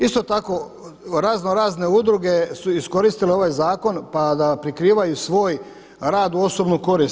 Isto tako raznorazne udruge su iskoristile ovaj zakon pa da prikrivaju svoj rad u osobnu korist.